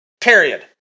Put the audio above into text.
period